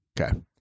Okay